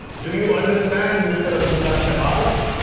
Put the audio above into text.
do you understand mr. abdullah shahbaz!